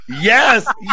yes